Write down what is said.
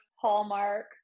Hallmark